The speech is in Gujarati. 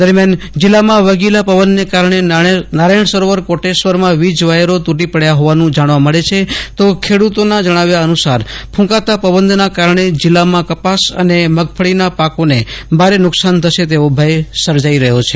દરમિયાન જીલ્લામાં વેગીલા પવનોને કારણે નારાયણ સરોવર કોટેશ્વરમાં વીજ વાયરો તૂટી પડ્યા હોવાનું જાણવા મળ્યું છે તો ખેડૂતોના જણાવ્યા અનુસાર ક્રંકતા પવનના કારણે જીલ્લામાં કપાસ અને મગફળીના પાકોને ભારે નુકસાન થશે તેવો ભય સર્જાઈ રહ્યો છે